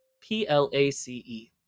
p-l-a-c-e